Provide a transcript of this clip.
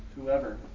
whoever